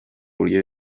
buryo